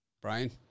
Brian